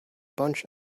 bunch